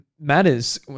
matters